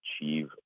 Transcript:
achieve